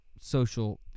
social